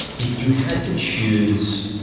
if you had to choose,